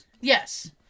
Yes